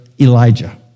Elijah